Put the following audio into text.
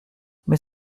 mais